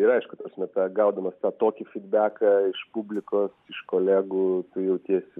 ir aišku ta prasme tą gaudamas tą tokį fikbeką iš publikos iš kolegų jautiesi